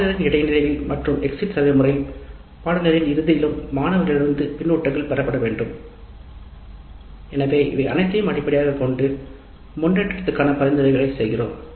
பாடநெறியின் இடைநிலையில் மற்றும் எக்ஸிட் சர்வே முறையில் பாடநெறியின் இறுதியிலும் மாணவர்களிடமிருந்து கருத்துக்கள் பெறப்படவேண்டும் எனவே இவை அனைத்தையும் அடிப்படையாகக் கொண்டு முன்னேற்றத்திற்கான பரிந்துரைகளை செய்ய வேண்டும்